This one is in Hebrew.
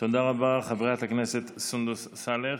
תודה רבה לחברת הכנסת סונדוס סאלח.